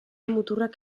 muturrak